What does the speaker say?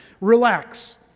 relax